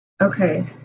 Okay